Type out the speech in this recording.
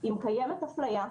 אם קיימת אפליה,